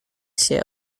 się